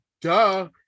Duh